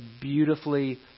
beautifully